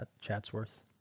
Chatsworth